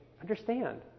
understand